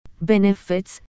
benefits